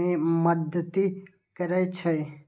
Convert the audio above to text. मे मदति करै छै